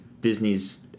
Disney's